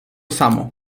samo